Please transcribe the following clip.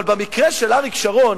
אבל במקרה של אריק שרון